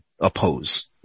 oppose